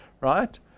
Right